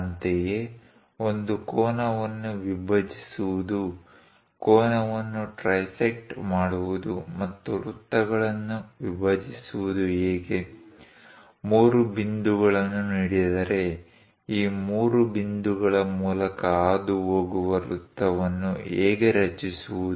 ಅಂತೆಯೇ ಒಂದು ಕೋನವನ್ನು ವಿಭಜಿಸುವುದು ಕೋನವನ್ನು ಟ್ರೈಸೆಕ್ಟ್ ಮಾಡುವುದು ಮತ್ತು ವೃತ್ತಗಳನ್ನು ವಿಭಜಿಸುವುದು ಹೇಗೆ ಮೂರು ಬಿಂದುಗಳನ್ನು ನೀಡಿದರೆ ಈ ಮೂರು ಬಿಂದುಗಳ ಮೂಲಕ ಹಾದುಹೋಗುವ ವೃತ್ತವನ್ನು ಹೇಗೆ ರಚಿಸುವುದು